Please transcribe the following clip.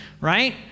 right